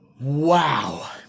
Wow